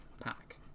pack